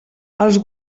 els